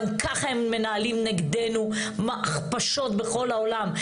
גם ככה הם מנהלים נגדנו הכפשות בכל העולם,